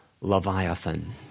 Leviathan